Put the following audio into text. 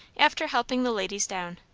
after helping the ladies down.